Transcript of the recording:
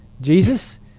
Jesus